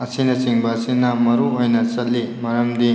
ꯑꯁꯤꯅꯆꯤꯡꯕ ꯑꯁꯤꯅ ꯃꯔꯨꯑꯣꯏꯅ ꯆꯠꯂꯤ ꯃꯔꯝꯗꯤ